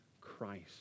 Christ